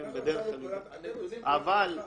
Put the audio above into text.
יואל,